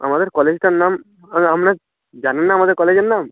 আমাদের কলেজটার নাম আমরা জানেন না আমাদের কলেজের নাম